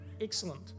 excellent